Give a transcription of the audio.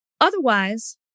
Otherwise